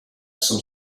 some